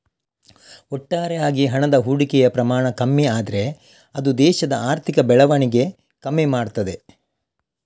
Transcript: ಒಟ್ಟಾರೆ ಆಗಿ ಹಣದ ಹೂಡಿಕೆಯ ಪ್ರಮಾಣ ಕಮ್ಮಿ ಆದ್ರೆ ಅದು ದೇಶದ ಆರ್ಥಿಕ ಬೆಳವಣಿಗೆ ಕಮ್ಮಿ ಮಾಡ್ತದೆ